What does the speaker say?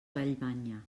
vallmanya